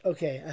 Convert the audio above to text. Okay